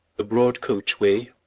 a broad coach way,